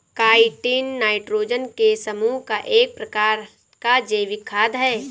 chitin nitrogen के समूह का एक प्रकार का जैविक खाद है